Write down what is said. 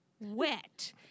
wet